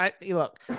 look